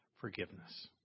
forgiveness